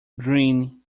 green